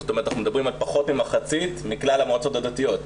זאת אומרת אנחנו מדברים על פחות ממחצית מכלל המועצות הדתיות.